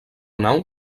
nau